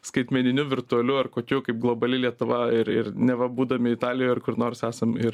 skaitmeniniu virtualiu ar kokiu kaip globali lietuva ir ir neva būdami italijoj ar kur nors esam ir